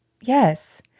Yes